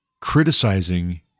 criticizing